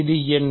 இது என்ன